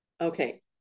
Okay